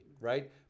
right